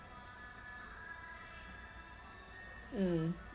mm